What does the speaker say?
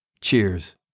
Cheers